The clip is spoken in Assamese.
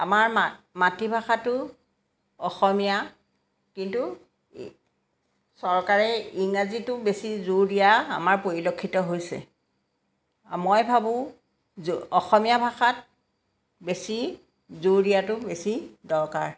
আমাৰ মা মাতৃভাষাটো অসমীয়া কিন্তু চৰকাৰে ইংৰাজীটো বেছি জোৰ দিয়া আমাৰ পৰিলক্ষিত হৈছে মই ভাবোঁ য অসমীয়া ভাষাত বেছি জোৰ দিয়াটো বেছি দৰকাৰ